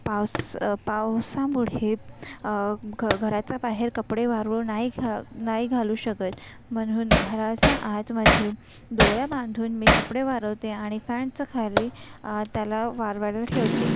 पावसा पावसामुळे घ घराच्या बाहेर कपडे वाळू नाही घा नाही घालू शकत म्हणून घराच्या आतमध्ये दोऱ्या बांधून मी कपडे वाळवते आणि फॅनच्याखाली त्याला वाळवायला ठेवते